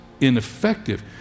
ineffective